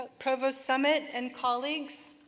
provost summit, and colleagues,